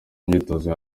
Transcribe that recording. imyitozo